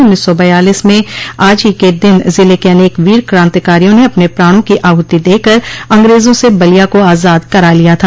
उन्नीस सौ बयालीस में आज ही के दिन जिले के अनेक वीर क्रांतिकारियों ने अपने प्राणों की आहुति देकर अंग्रेजों से बलिया को आजाद करा लिया था